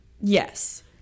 yes